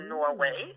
Norway